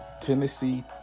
Tennessee